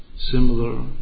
Similar